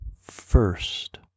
first